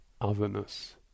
otherness